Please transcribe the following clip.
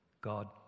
God